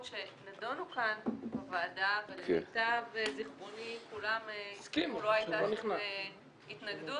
שנדונו כאן בוועדה ולמיטב זיכרוני לא הייתה לזה התנגדות